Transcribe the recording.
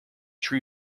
tree